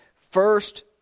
First